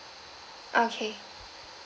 okay